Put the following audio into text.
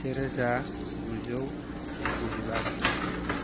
सेरोजा गुजौ गुजिबा